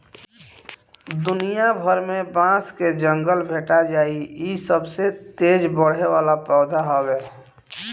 दुनिया भर में बांस के जंगल भेटा जाइ इ सबसे तेज बढ़े वाला पौधा हवे